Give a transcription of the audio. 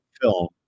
film